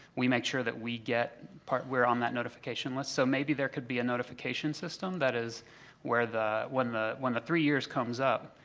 we make sure that we get we're on that notification list. so maybe there could be a notification system that is where the when the when the three years comes up,